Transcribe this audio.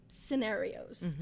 scenarios